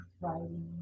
writing